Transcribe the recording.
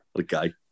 Okay